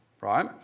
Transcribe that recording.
right